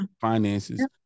Finances